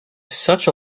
such